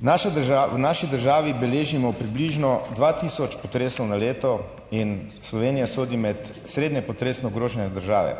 V naši državi beležimo približno dva tisoč potresov na leto in Slovenija sodi med srednje potresno ogrožene države.